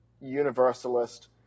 universalist